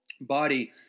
body